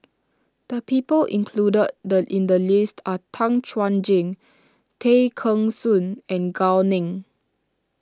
the people included the in the list are Tan Chuan Jin Tay Kheng Soon and Gao Ning